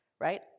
right